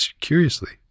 curiously